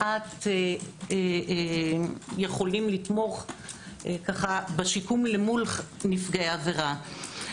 מעט יכולים לתמוך בשיקום למול נפגעי העבירה.